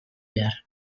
behar